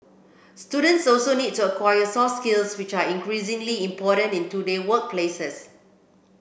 students also need to acquire soft skills which are increasingly important in today workplaces